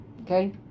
okay